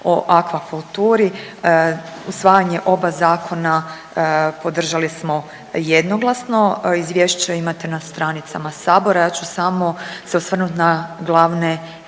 o akvakulturi. Usvajanje oba zakona podržali smo jednoglasno, izvješće imate na stranicama Sabora, ja ću samo se osvrnuti na glavne